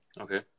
Okay